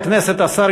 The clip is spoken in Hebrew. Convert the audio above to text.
הכנסת" ה-18,